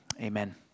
Amen